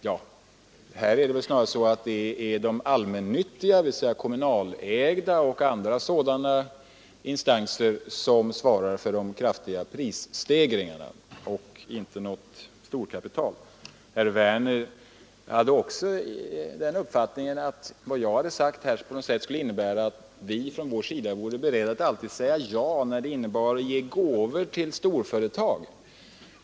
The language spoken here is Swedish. Ja, här är det väl snarare allmännyttiga dvs. kommunägda företag och andra sådana instanser som svarar för de kraftiga prisstegringarna och inte något storkapital. Herr Werner hade också den uppfattningen att vad jag sagt på något sätt skulle innebära att vi på vår sida alltid vore beredda att säga ja när det gäller att ge gåvor till storföretag.